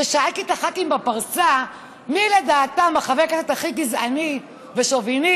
כששאלתי את הח"כים בפרסה מי לדעתם החבר כנסת הכי גזעני ושוביניסט,